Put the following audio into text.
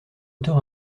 auteur